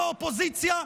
לאופוזיציה,